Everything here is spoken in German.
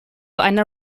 einer